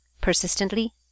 persistently